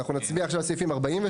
אנחנו נצביע על סעיפים 52,